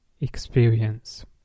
experience